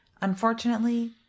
unfortunately